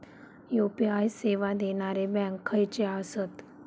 UPI सेवा देणारे bank खयचे आसत?